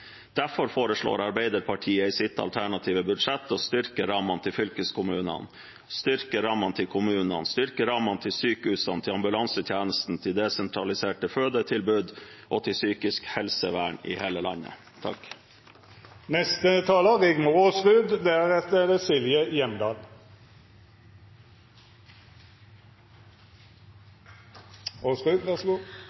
Derfor foreslår Arbeiderpartiet i sitt alternative budsjett å styrke rammene til fylkeskommunene, styrke rammene til kommunene, styrke rammene til sykehusene, til ambulansetjenesten, til desentraliserte fødetilbud og til psykisk helsevern i hele landet.